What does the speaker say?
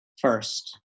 first